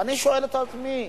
ואני שואל את עצמי: